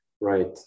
Right